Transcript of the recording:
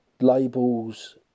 Labels